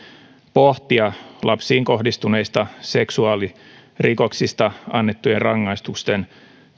pohtia lapsiin kohdistuneista seksuaalirikoksista annettujen rangaistusten